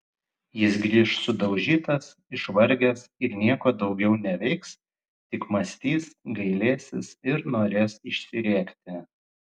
jis grįš sudaužytas išvargęs ir nieko daugiau neveiks tik mąstys gailėsis ir norės išsirėkti